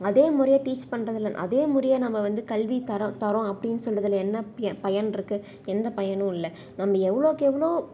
அதே முறையே டீச் பண்றதில் அதே முறையே நாம் வந்து கல்வி தரம் தரம் அப்படின்னு சொல்றதில் என்ன பயன்ருக்கு எந்த பயனும் இல்லை நம்ம எவ்வளோவுக்கு எவ்வளோ